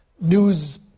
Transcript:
news